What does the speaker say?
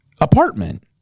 apartment